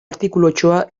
artikulutxoa